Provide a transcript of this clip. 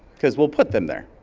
cause we'll put them there.